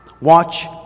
Watch